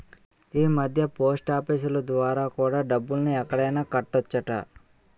ఈమధ్య పోస్టాఫీసులు ద్వారా కూడా డబ్బుల్ని ఎక్కడైనా కట్టొచ్చట